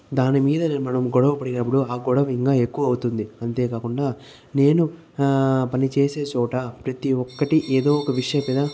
దానిమీద మనం గొడవపడినప్పుడు ఆ గొడవ ఇంకా ఎక్కువ అవుతుంది అంతేకాకుండా నేను పనిచేసే చోట ప్రతి ఒక్కటి ఏదో ఒక విషయం మీద